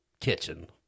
kitchen